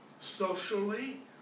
socially